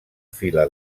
fila